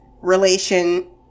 relation